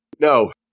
No